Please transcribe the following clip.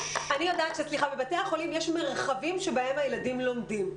יודעת שבבתי החולים יש מרחבים שבהם הילדים לומדים.